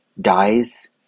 dies